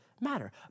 matter